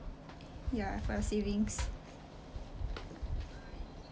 ya for your savings